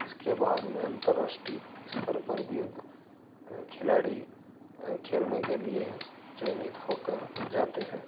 इसके बाद में अंतर्राष्ट्रीय स्तर पर भी खिलाड़ी खेलने के लिए चयनित होकर जाते हैं